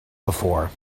before